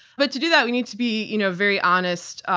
but to do that we need to be you know very honest,